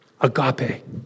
Agape